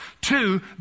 Two